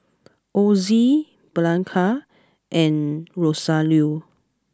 Ozie Bianca and Rosario